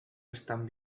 están